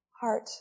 heart